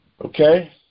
okay